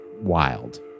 wild